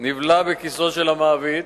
נבלע בכיסו של המעביד,